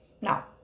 Now